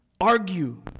argue